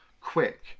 quick